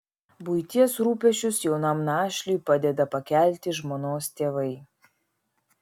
buities rūpesčius jaunam našliui padeda pakelti žmonos tėvai